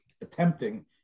attempting